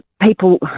people